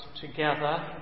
together